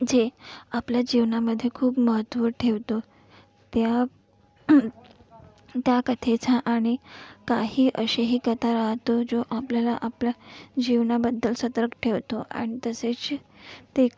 जे आपल्या जीवनामध्ये खूप महत्त्व ठेवतो त्या त्या कथेचा आणि काही अशीही कथा राहतो जो आपल्याला आपल्या जीवनाबद्दल सतर्क ठेवतो आणि तसेच ते